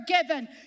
forgiven